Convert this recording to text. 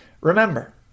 Remember